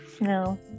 no